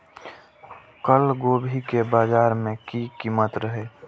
कल गोभी के बाजार में की कीमत रहे?